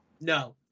no